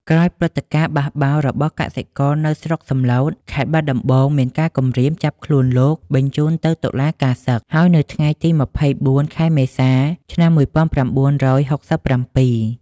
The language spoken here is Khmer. ក្រោយព្រឹត្តិការណ៍បះបោររបស់កសិករនៅស្រុកសំឡូត ខេត្តបាត់ដំបង មានការគំរាមចាប់ខ្លួនលោកបញ្ជូនទៅតុលាការសឹក ហើយនៅថ្ងៃទី ២៤ ខែមេសា ឆ្នាំ ១៩៦៧។